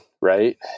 right